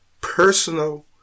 personal